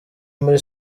muri